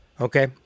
Okay